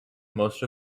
most